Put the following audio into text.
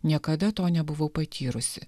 niekada to nebuvau patyrusi